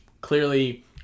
clearly